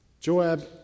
Joab